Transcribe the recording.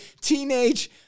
Teenage